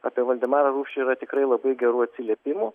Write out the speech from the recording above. apie valdemarą rupšį yra tikrai labai gerų atsiliepimų